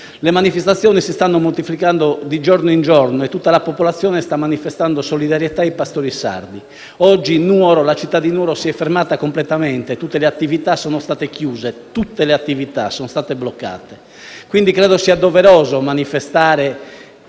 Le manifestazioni si stanno moltiplicando di giorno in giorno e tutta la popolazione sta manifestando solidarietà ai pastori sardi. Oggi la città di Nuoro si è fermata completamente: tutte le attività sono state bloccate. Credo quindi sia doveroso manifestare